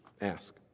ask